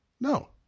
no